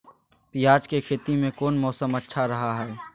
प्याज के खेती में कौन मौसम अच्छा रहा हय?